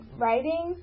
writing